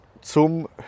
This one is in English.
zum